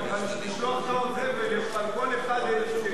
היום על משלוח דואר זבל יש לך על כל אחד 1,000 שקל,